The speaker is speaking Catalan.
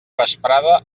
vesprada